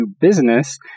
business